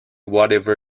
whatever